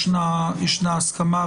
יש הסכמה.